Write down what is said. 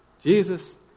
Jesus